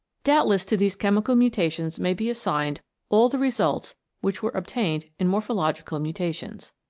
doubtless to these chemical mutations may be assigned all the results which were ob tained in morphological mutations.